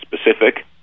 specific